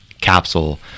capsule